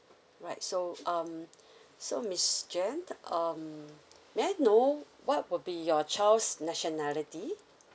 right so um so miss jenn um may I know what would be your child's nationality